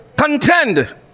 Contend